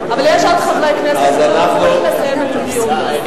אבל יש עוד חברי כנסת, שאמורים לסיים את הדיון.